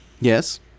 Yes